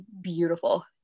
beautiful